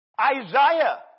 Isaiah